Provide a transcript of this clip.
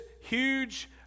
huge